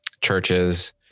churches